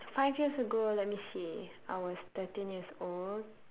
five years ago let me see I was thirteen years old